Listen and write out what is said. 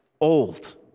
old